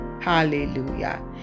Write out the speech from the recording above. hallelujah